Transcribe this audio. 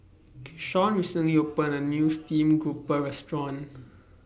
Keshawn recently opened A New Stream Grouper Restaurant